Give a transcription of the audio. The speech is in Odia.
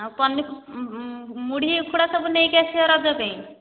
ହଁ ଆଉ ପନି ଆଉ ମୁଢି ଉଖୁଡ଼ା ସବୁ ନେଇକି ଆସିବ ରଜ ପାଇଁ